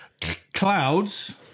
Clouds